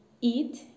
eat